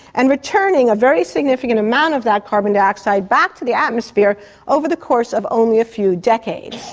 and returning a very significant amount of that carbon dioxide back to the atmosphere over the course of only a few decades.